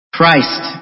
Christ